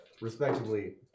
respectively